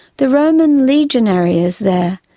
the roman legionary is there,